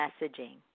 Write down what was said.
messaging